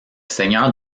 seigneur